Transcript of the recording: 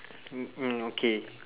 mm mm okay